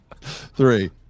Three